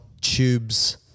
tubes